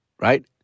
right